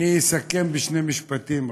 אסכם רק בשני משפטים.